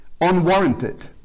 unwarranted